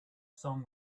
song